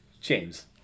James